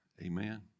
Amen